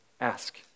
Ask